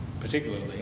Particularly